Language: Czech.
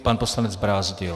Pan poslanec Brázdil.